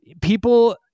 people